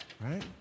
right